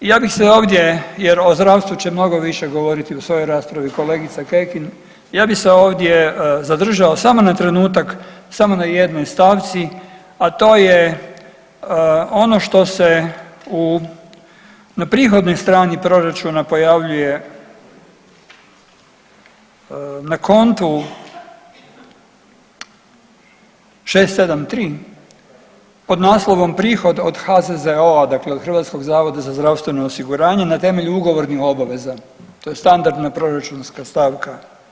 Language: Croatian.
Ja bih se ovdje jer o zdravstvu će mnogo više govoriti u svojoj raspravi kolegica Kekin, ja bi se ovdje zadržao samo na trenutak, samo na jednoj stavci, a to je ono što se u, na prihodnoj strani proračuna pojavljuje na kontu 6.7.3. pod naslovom Prihod od HZZO-a, dakle od Hrvatskog zavoda za zdravstveno osiguranje na temelju ugovornih obveza, to je standardna proračunska stavka.